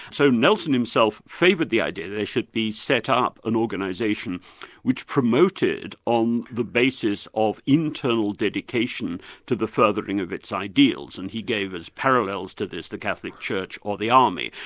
so nelson himself favoured the idea there should be set up an organisation which promoted, on the basis of internal dedication to the furthering of its ideals, and he gave as parallels to this, the catholic church or the army.